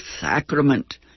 sacrament